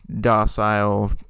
docile